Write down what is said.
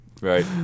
Right